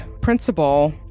principal